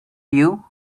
you